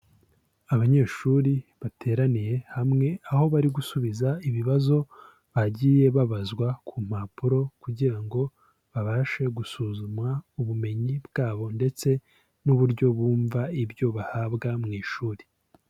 Abanyeshuri bateraniye hamwe aho bari gusubiza ibibazo bagiye babazwa ku mpapuro kugira ngo babashe gusuzuma ubumenyi bwabo ndetse n'uburyo bumva ibyo bahabwa mu ishuri.